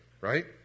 right